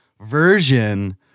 version